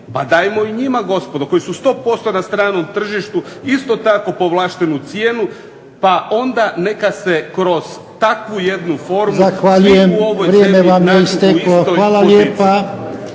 pa dajmo i njima gospodo, koji su 100% na stranom tržištu isto tako povlaštenu cijenu, pa onda neka se kroz takvu jednu formu svi u ovoj zemlji nađu u istoj poziciji.